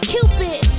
Cupid